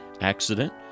accident